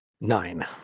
nine